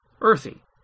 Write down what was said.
earthy